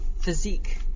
physique